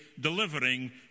delivering